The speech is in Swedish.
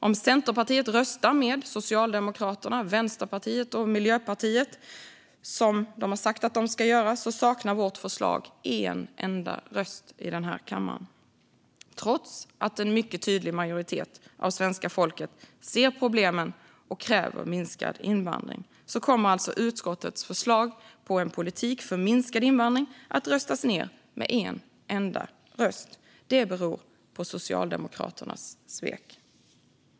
Om Centerpartiet röstar med Socialdemokraterna, Vänsterpartiet och Miljöpartiet, som de har sagt att de ska göra, saknar vårt förslag en enda röst i denna kammare. Trots att en mycket tydlig majoritet av svenska folket ser problemen och kräver minskad invandring kommer alltså utskottets förslag om en politik för minskad invandring att röstas ned med en enda röst. Det beror på Socialdemokraternas svek.